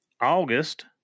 August